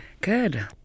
Good